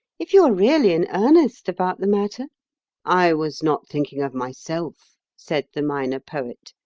if you are really in earnest about the matter i was not thinking of myself, said the minor poet.